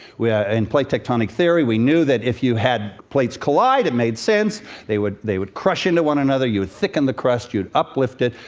ah in plate tectonic theory, we knew that if you had plates collide, it made sense they would they would crush into one another, you would thicken the crust, you'd uplift it.